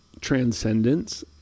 transcendence